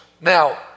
Now